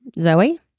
Zoe